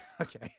Okay